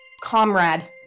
Comrade